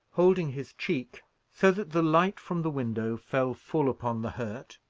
holding his cheek so that the light from the window fell full upon the hurt.